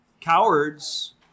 Cowards